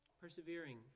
persevering